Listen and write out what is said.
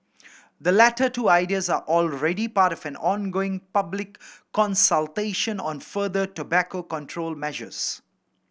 the latter two ideas are already part of an ongoing public consultation on further tobacco control measures